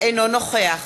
אינו נוכח